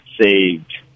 saved